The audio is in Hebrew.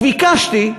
וביקשתי,